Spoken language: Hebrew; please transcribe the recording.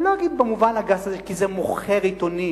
אני לא אגיד במובן הגס, כי זה מוכר עיתונים.